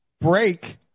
break